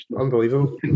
unbelievable